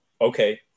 okay